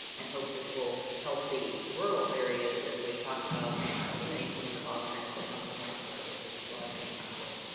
and hope this will help the rural areas as we've talked about eliminate some of the bottlenecks that come from elsewhere with this large and